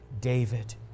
David